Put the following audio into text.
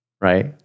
right